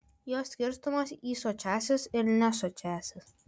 jos skirstomos į sočiąsias ir nesočiąsias